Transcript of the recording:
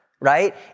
Right